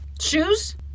shoes